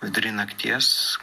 vidury nakties